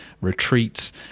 retreats